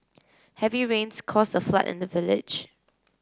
heavy rains caused a flood in the village